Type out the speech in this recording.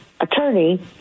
attorney